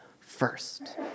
first